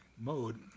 mode